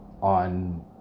on